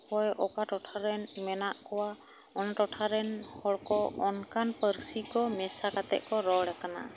ᱚᱠᱚᱭ ᱚᱠᱟ ᱴᱚᱴᱷᱟ ᱨᱮᱱ ᱢᱮᱱᱟᱜ ᱠᱚᱣᱟ ᱚᱱᱟ ᱴᱚᱴᱷᱟ ᱨᱮᱱ ᱦᱚᱲ ᱠᱚ ᱚᱱᱠᱟᱱ ᱯᱟᱹᱨᱥᱤ ᱠᱚ ᱢᱮᱥᱟ ᱠᱟᱛᱮᱜ ᱠᱚ ᱨᱚᱲ ᱠᱟᱱᱟ